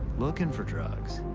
looking for drugs,